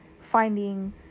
finding